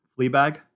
Fleabag